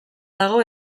dago